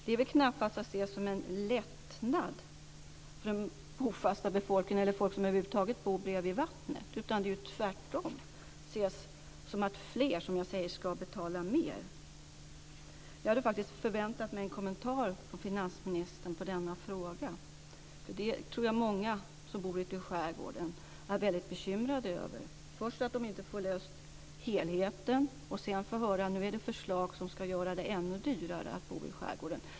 Det är väl knappast att se som en lättnad för den bofasta befolkningen eller för folk som över huvud taget bor vid vatten. Det är tvärtom så att fler, som jag sade, ska betala mer. Jag hade faktiskt förväntat mig en kommentar av finansministern i denna fråga. Jag tror att många som bor ute i skärgården är väldigt bekymrade över detta; först för att de inte får en lösning på helheten, sedan får de höra att det nu finns förslag som ska göra det ännu dyrare att bo i skärgården.